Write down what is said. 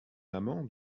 amant